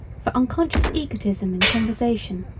for unconscious egotism in conversation,